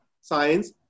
science